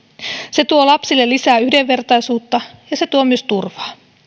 se tuo lapsille lisää yhdenvertaisuutta ja se tuo myös turvaa